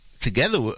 together